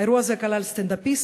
האירוע הזה כלל סטנד-אפיסט,